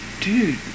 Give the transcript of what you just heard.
dude